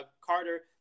Carter